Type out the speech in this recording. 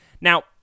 Now